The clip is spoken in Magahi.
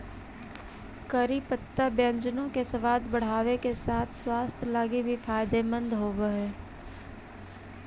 करी पत्ता व्यंजनों के सबाद बढ़ाबे के साथ साथ स्वास्थ्य लागी भी फायदेमंद होब हई